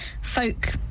folk